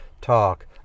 talk